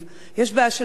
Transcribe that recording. יש בעיה של מדיניות.